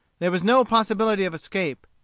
there was no possibility of escape.